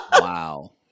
Wow